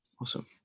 awesome